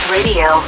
Radio